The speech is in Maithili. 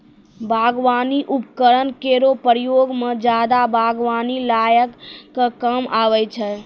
बागबानी उपकरन केरो प्रयोग सें जादा बागबानी लगाय क काम आबै छै